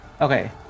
Okay